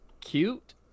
cute